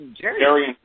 Jerry